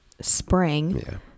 spring